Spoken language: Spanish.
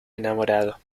enamorado